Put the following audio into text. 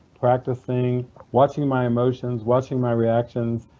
practicing, watching my emotions, watching my reactions,